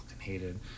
hated